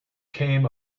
came